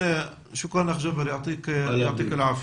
תודה לך ג'אבר, אלוהים יברך אותך.